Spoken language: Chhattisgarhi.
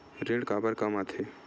ऋण काबर कम आथे?